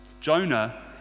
Jonah